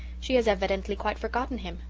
she has evidently quite forgotten him.